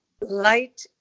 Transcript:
Light